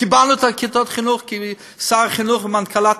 קיבלנו את כיתות החינוך כי שר החינוך ומנכ"לית